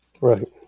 Right